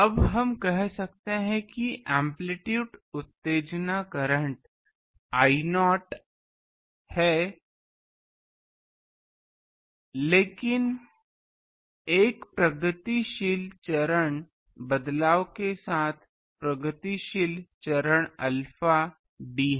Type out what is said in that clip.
अब हम कह सकते हैं कि एम्पलीटूड उत्तेजना करंट I नॉट है लेकिन एक प्रगतिशील चरण बदलाव के साथ प्रगतिशील चरण अल्फा d है